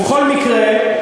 ובכל מקרה,